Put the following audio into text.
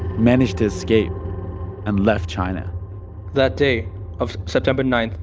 managed to escape and left china that day of september nine,